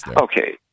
Okay